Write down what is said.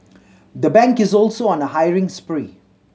the bank is also on a hiring spree